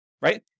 right